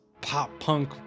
pop-punk